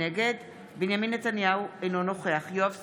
בנימין נתניהו, אינו נוכח יואב סגלוביץ'